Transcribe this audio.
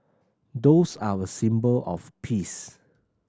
doves are a symbol of peace